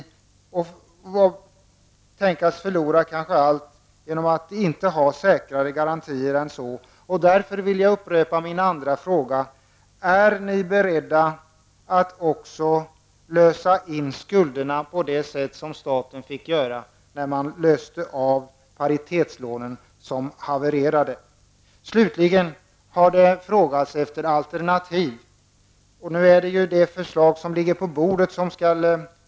De riskerar att förlora allt genom att de inte har säkrare garantier än så. Därför vill jag upprepa min andra fråga: Är ni beredda att också lösa in skulderna på samma sätt som staten gjorde med de havererade paritetslånen? Det har frågats efter alternativ. Nu skall vi diskutera det förslag som ligger på bordet och inget annat.